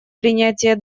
принятия